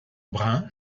brin